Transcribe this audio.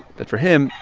but for him,